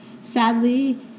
sadly